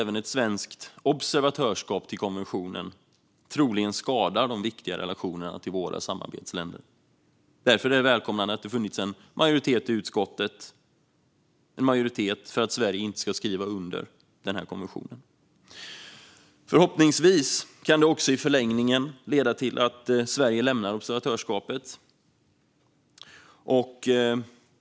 Ett svenskt observatörskap till konventionen skulle troligen skada de viktiga relationerna till våra samarbetsländer, och därför är det välkommet att det funnits en majoritet i utskottet för att Sverige inte ska skriva under konventionen. Förhoppningsvis kan det också i förlängningen leda till att Sverige lämnar observatörskapet.